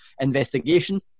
Investigation